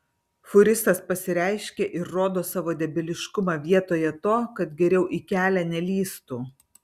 fūristas pasireiškė ir rodo savo debiliškumą vietoje to kad geriau į kelią nelįstų